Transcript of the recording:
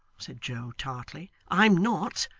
said joe, tartly i'm not.